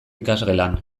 ikasgelan